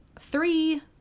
three